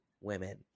women